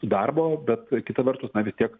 darbo bet kita vertus na vis tiek